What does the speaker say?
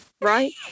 right